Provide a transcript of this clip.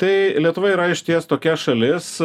tai lietuva yra išties tokia šalis